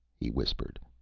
he whispered.